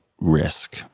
risk